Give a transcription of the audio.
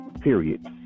Period